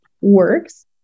works